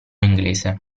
inglese